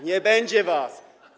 Nie będzie was.